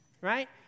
Right